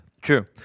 True